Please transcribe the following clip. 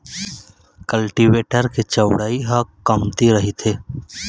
cultivator के चउड़ई ह कमती रहिथे